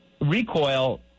recoil